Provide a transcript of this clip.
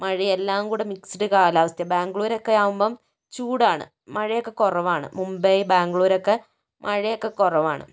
മഴയും എല്ലാംകൂടി മിക്സഡ് കാലാവസ്ഥയാണ് ബാംഗ്ലൂർ ഒക്കെ ആകുമ്പം ചൂടാണ് മഴയൊക്കെ കുറവാണ് മുംബൈ ബാംഗ്ലൂർ ഒക്കെ മഴയൊക്കെ കുറവാണ്